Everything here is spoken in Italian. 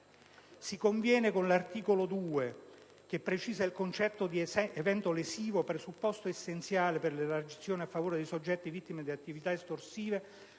Si conviene con l'articolo 2, che precisa il concetto di evento lesivo, presupposto essenziale per l'elargizione a favore dei soggetti vittime di attività estorsive,